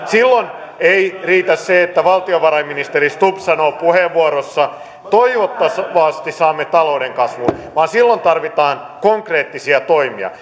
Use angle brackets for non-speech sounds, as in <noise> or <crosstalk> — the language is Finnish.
silloin ei riitä se että valtiovarainministeri stubb sanoo puheenvuorossaan toivottavasti saamme talouden kasvuun vaan silloin tarvitaan konkreettisia toimia <unintelligible>